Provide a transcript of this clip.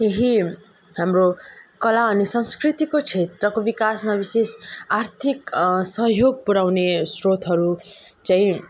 केही हाम्रो कला अनि संस्कृतिको क्षेत्रको विकासमा विशेष आर्थिक सहयोग पुर्याउने स्रोतहरू चाहिँ